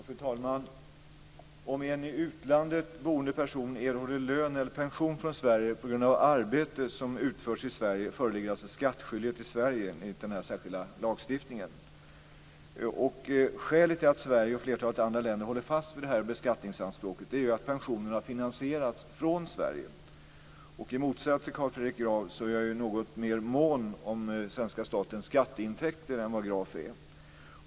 Fru talman! Om en i utlandet boende person erhåller lön eller pension från Sverige på grund av arbete som utförs i Sverige föreligger alltså skattskyldighet i Sverige, enligt en särskild lagstiftning. Skälet till att Sverige och flertalet andra länder håller fast vid detta beskattningsanspråk är att pensionerna finansieras från Sverige. I motsats till Carl Fredrik Graf är jag mera mån om svenska statens skatteintäkter än vad han är.